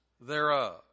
thereof